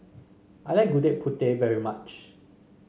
I like Gudeg Putih very much